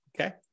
Okay